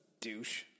Douche